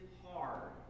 hard